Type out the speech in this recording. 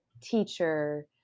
teacher